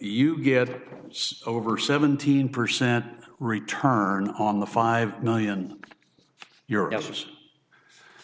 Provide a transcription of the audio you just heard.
you get it over seventeen percent return on the five million your s s